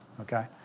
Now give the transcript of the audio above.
Okay